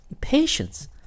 Patience